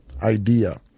Idea